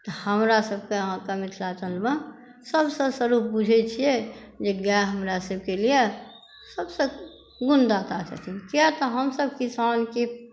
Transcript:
तऽ हमरा सबकेँ अहाँके मिथिलाञ्चलमे सबसँ स्वरुप बुझै छियै जे गाय हमरा सबकेँ लिये सबसँ पूण्यदाता छथिन किया तऽ हमसब किसान छी